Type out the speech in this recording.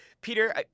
Peter